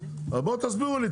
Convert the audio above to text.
אז תסבירו לי,